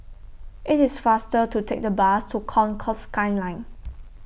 IT IS faster to Take The Bus to Concourse Skyline